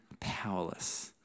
powerless